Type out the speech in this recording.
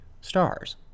Stars